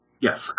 Yes